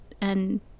and-